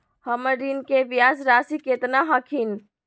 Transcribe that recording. हमर ऋण के ब्याज रासी केतना हखिन?